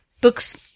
Books